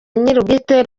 nyirubwite